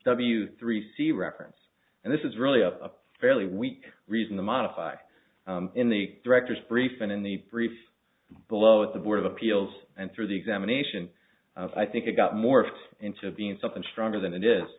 w three c reference and this is really a fairly weak reason to modify in the director's brief and in the brief below at the board of appeals and through the examination i think it got morphed into being something stronger than it is